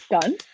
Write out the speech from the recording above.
done